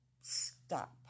stop